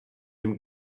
dem